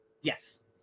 yes